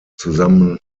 zusammenhang